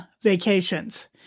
vacations